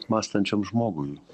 mąstančiam žmogui